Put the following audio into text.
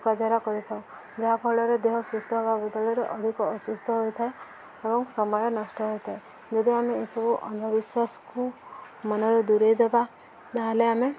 ଫୁକା ଝଡା କରିଥାଉ ଯାହାଫଳରେ ଦେହ ସୁସ୍ଥ ହବା ବଦଳରେ ଅଧିକ ଅସୁସ୍ଥ ହୋଇଥାଏ ଏବଂ ସମୟ ନଷ୍ଟ ହୋଇଥାଏ ଯଦି ଆମେ ଏସବୁ ଅନ୍ଧବିଶ୍ୱାସକୁ ମନରେ ଦୂରେଇଦବା ତାହେଲେ ଆମେ